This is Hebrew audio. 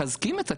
מחזקים את הקהילה.